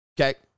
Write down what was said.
okay